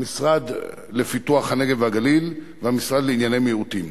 המשרד לפיתוח הנגב והגליל והמשרד לענייני מיעוטים.